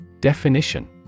Definition